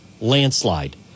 landslide